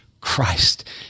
Christ